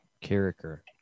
character